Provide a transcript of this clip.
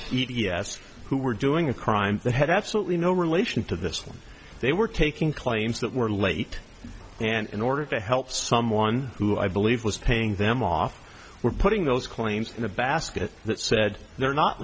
s who were doing a crime that had absolutely no relation to this film they were taking claims that were late and in order to help someone who i believe was paying them off were putting those claims in a basket that said there not